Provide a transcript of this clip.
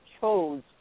chose